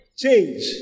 Change